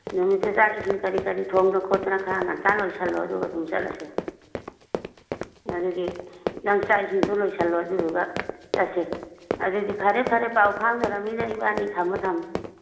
ꯅꯨꯃꯤꯠꯇꯨ ꯆꯥꯛ ꯏꯁꯤꯡ ꯀꯔꯤ ꯀꯔꯤ ꯊꯣꯡꯗꯅ ꯈꯣꯠꯇꯅ ꯈꯔ ꯉꯟꯇꯥ ꯂꯣꯏꯁꯜꯂꯣ ꯑꯗꯨꯒ ꯑꯗꯨꯝ ꯆꯠꯂꯁꯤ ꯑꯗꯨꯗꯤ ꯅꯪ ꯆꯥꯛ ꯏꯁꯤꯡꯗꯣ ꯂꯣꯏꯁꯜꯂꯣ ꯑꯗꯨꯗꯨꯒ ꯆꯠꯁꯦ ꯑꯗꯨꯗꯤ ꯐꯔꯦ ꯐꯔꯦ ꯄꯥꯎ ꯐꯥꯎꯅꯔꯃꯤꯅ ꯏꯕꯥꯟꯏ ꯊꯝꯃꯣ ꯊꯝꯃꯣ